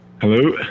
Hello